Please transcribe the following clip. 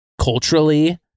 culturally